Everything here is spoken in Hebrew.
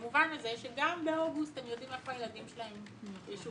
במובן הזה שגם באוגוסט הם יודעים איפה הילדים שלהם ישובצו.